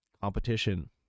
competition